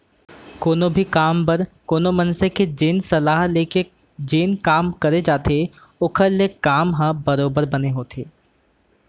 कोनो भी काम बर कोनो मनसे के जेन सलाह ले के जेन काम करे जाथे ओखर ले काम ह बरोबर बने होथे